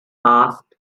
asked